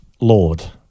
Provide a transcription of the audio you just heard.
Lord